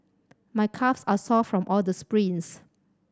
my calves are sore from all the sprints